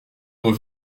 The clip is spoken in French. mot